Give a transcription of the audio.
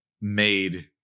made